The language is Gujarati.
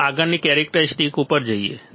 ચાલો આગળની કેરેક્ટરિસ્ટિક્સ ઉપર જઈએ